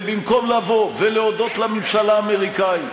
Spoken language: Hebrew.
ובמקום לבוא ולהודות לממשל האמריקני,